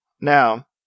Now